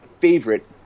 favorite